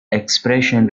expression